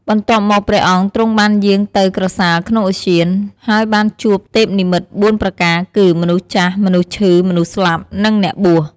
បន្ទាប់មកព្រះអង្គទ្រង់បានយាងទៅក្រសាលក្នុងឧទ្យាន ហើយបានជួបទេពនិមិត្ត ៤ ប្រការគឺ មនុស្សចាស់ មនុស្សឈឺ មនុស្សស្លាប់ និងអ្នកបួស ។